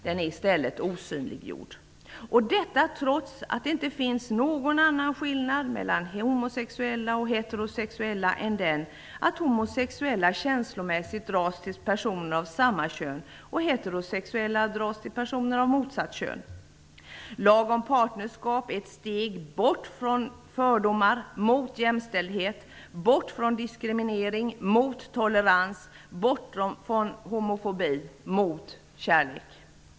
Den är i stället osynliggjord, detta trots att det inte finns någon annan skillnad mellan homosexuella och heterosexuella än att homosexuella känslomässigt dras till personer av samma kön och att heterosexuella dras till personer av motsatt kön. Lagen om partnerskap är ett steg bort från fördomar och mot jämställdhet, bort från diskriminering och mot tolerans samt bort från homofobi och mot kärlek.